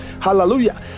hallelujah